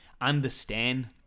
understand